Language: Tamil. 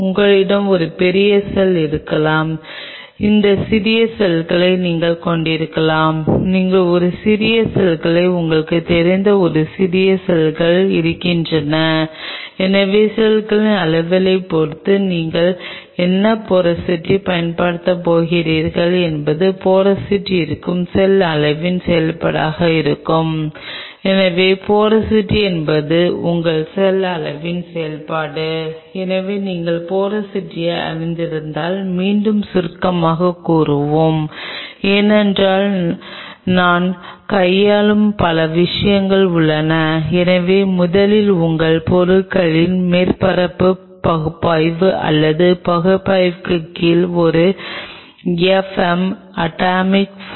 இது ஒரு CO2 சார்பு CO2 இன்குபேட்டர் தேவைப்பட்டால் அல்லது நீங்கள் அதை இன்குபேட்டரில் எளிமையாக இன்குபேட்டரில் வளர்க்கலாம் நீங்கள் எந்த வகையான ஊடகத்தைப் பயன்படுத்துகிறீர்கள் என்பதைப் பொறுத்து நான் எந்த வகையான இடையகத்தை மீண்டும் வருவோம் என்பது அந்த முழு கருத்தாக்கத்திற்கும் பின்னர் வரும் இடையக மற்றும் இன்குபேட்டர் வகையான இன்குபேட்டர் நீங்கள் பயன்படுத்தக்கூடியவை ஆனால் இந்த கட்டத்தில் நீங்கள் அதை எடுத்து அதை இன்குபேட்டரில் வைக்கவும் வளர வேண்டிய சூழல்